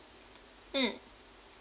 mm